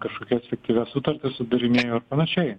kažkokias fiktyvias sutartis sudarinėjo ar panašiai